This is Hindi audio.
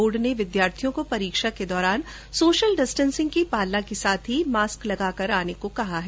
बोर्ड ने विद्यार्थियों को परीक्षा के दौरान सोशल डिस्टेंसिंग की पालना करने के साथ ही मास्क लगाकर आने को कहा गया है